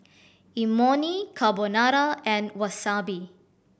Imoni Carbonara and Wasabi